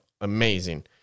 amazing